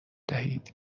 دهید